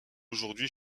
aujourd’hui